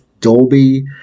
Dolby